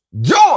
Join